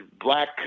black